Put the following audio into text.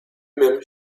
même